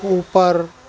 اوپر